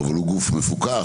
אבל הוא גוף מפוקח,